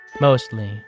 mostly